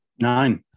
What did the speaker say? nine